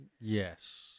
Yes